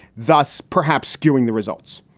thus perhaps skewing the results,